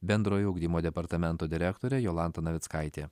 bendrojo ugdymo departamento direktorė jolanta navickaitė